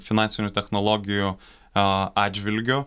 finansinių technologijų a atžvilgiu